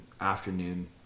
afternoon